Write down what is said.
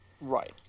Right